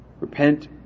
Repent